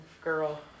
girl